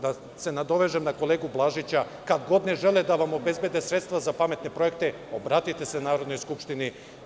Da se nadovežem na kolegu Blažića, kad god ne žele da vam obezbede sredstva za pametne projekte, obratite se Narodnoj skupštini.